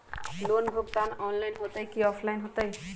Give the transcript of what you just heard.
Loan भुगतान online होतई कि ऑफलाइन होतई?